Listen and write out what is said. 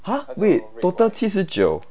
!huh! wait total 七十九